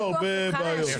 אין פה הרבה בעיות.